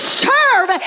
serve